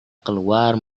keluar